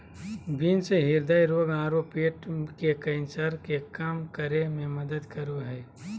beans हृदय रोग आरो पेट के कैंसर के कम करे में मदद करो हइ